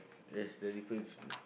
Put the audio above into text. that's the difference